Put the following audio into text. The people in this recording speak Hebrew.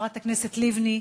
חברת הכנסת לבני,